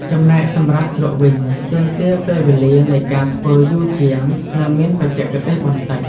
ចំំណែកសម្រាប់ជ្រក់វិញ ទាមទារពេលវេលានៃការធ្វើយូរជាង និងមានបច្ចេកទេសបន្តិច។